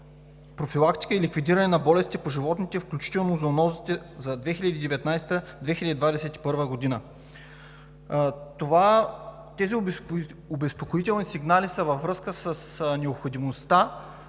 профилактика и ликвидиране на болестите по животните, включително зоонозите за 2019 – 2021 г. Тези обезпокоителни сигнали са във връзка с необходимостта